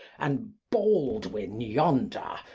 and baldwin yonder,